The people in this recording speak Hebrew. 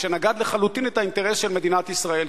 ושנגד לחלוטין את האינטרס של מדינת ישראל,